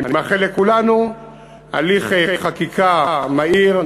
אני מאחל לכולנו הליך חקיקה מהיר,